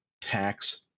tax